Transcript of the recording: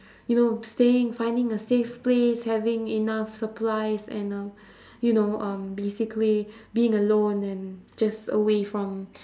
you know staying finding a safe place having enough supplies and um you know um basically being alone and just away from